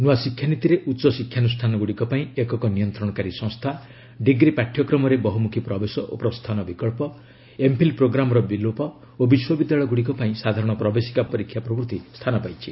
ନୂଆ ଶିକ୍ଷାନୀତିରେ ଉଚ୍ଚଶିକ୍ଷାନୁଷ୍ଠାନଗୁଡ଼ିକ ପାଇଁ ଏକକ ନିୟନ୍ତ୍ରଣକାରୀ ସଂସ୍ଥା ଡିଗ୍ରୀ ପାଠ୍ୟକ୍ରମରେ ବହୁମୁଖୀ ପ୍ରବେଶ ଓ ପ୍ରସ୍ଥାନ ବିକଳ୍ପ ଏମ୍ଫିଲ୍ ପ୍ରୋଗ୍ରାମ୍ର ବିଲୋପ ଓ ବିଶ୍ୱବିଦ୍ୟାଳୟଗୁଡ଼ିକ ପାଇଁ ସାଧାରଣ ପ୍ରବେଶିକା ପରୀକ୍ଷା ପ୍ରଭୂତି ସ୍ଥାନ ପାଇଛି